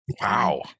Wow